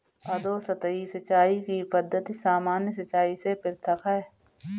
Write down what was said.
अधोसतही सिंचाई की पद्धति सामान्य सिंचाई से पृथक है